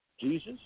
Jesus